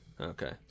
okay